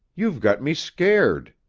you've got me scared,